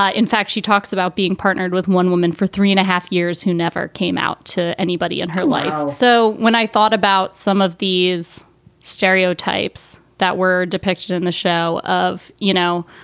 ah in fact, she talks about being partnered with one woman for three and a half years who never came out to anybody in her life. so when i thought about some of these stereotypes that were depicted in the show of, you know,